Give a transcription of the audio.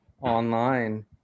online